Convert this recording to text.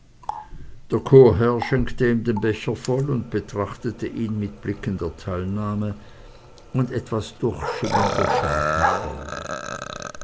der chorherr schenkte ihm den becher voll und betrachtete ihn mit blicken der teilnahme und etwas durchschimmernder schadenfreude